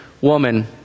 woman